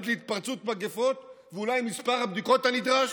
להתפרצות מגפות ואולי על מספר הבדיקות הנדרש?